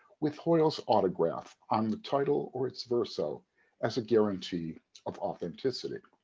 with hoyle's autograph on the title or its verso as a guarantee of authenticity.